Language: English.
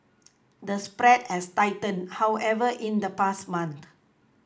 the spread has tightened however in the past month